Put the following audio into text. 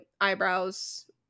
eyebrows